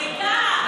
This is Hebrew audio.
בית"ר,